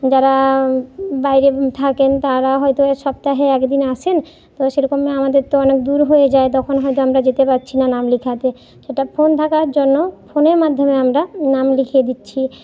যারা বাইরে থাকেন তারা হয়তো সপ্তাহে এক দিন আসেন তো সেরকমই আমাদের তো অনেক দূর হয়ে যায় তখন হয়তো আমরা যেতে পারছি না নাম লেখাতে সেটা ফোন থাকার জন্য ফোনের মাধ্যমে আমরা নাম লিখিয়ে দিচ্ছি